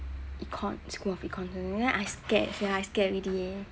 econs school of econs then I scared already sia I scared already eh